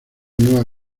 nueva